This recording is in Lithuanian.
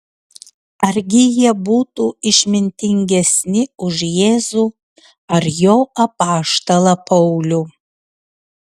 argi jie būtų išmintingesni už jėzų ar jo apaštalą paulių